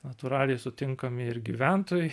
natūraliai sutinkami ir gyventojai